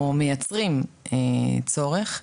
או מייצרים צורך,